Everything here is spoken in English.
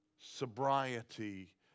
sobriety